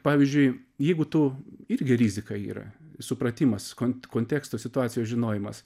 pavyzdžiui jeigu tu irgi rizika yra supratimas kont konteksto situacijos žinojimas